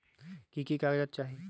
की की कागज़ात चाही?